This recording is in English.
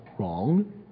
wrong